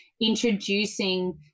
introducing